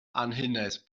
anhunedd